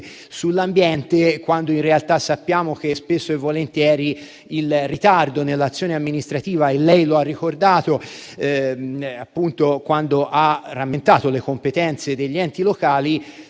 sull'ambiente, quando in realtà sappiamo che spesso il ritardo nell'azione amministrativa - lei lo ha ricordato, quando ha rammentato le competenze degli enti locali